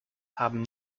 haben